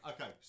Okay